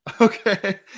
Okay